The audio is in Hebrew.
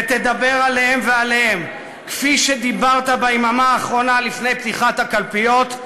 ותדבר אליהם ועליהם כפי שדיברת ביממה האחרונה לפני פתיחת הקלפיות,